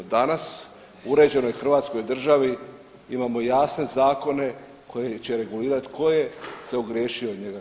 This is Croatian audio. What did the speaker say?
Danas u uređenoj Hrvatskoj državi imamo jasne zakone koji će regulirati ko je se ogriješio o njega.